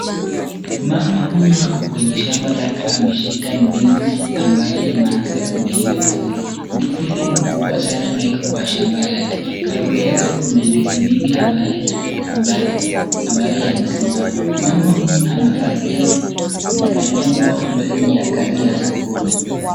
Mama huyu ako kwenye shamba lake ameshika ndizi ambaye imeanza imeiva vizuri .Ndizi ile ni kubwa sana na iko kwa shamba yake. Karibu yake kuna ndizi mingi ambayo imesimama. Mama huyu amevalia nguo ambayo ni ya kazi ya sokoni.